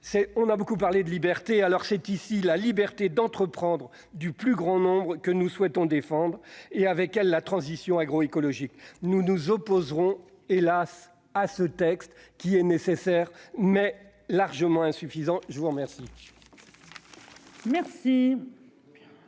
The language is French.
On a beaucoup parlé de liberté : c'est ici la liberté d'entreprendre du plus grand nombre que nous souhaitons défendre et, à travers elle, la transition agroécologique. Nous nous opposerons- hélas ! -à ce texte nécessaire, mais largement insuffisant. La parole est à M.